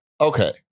Okay